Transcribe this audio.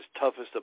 toughest